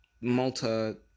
Malta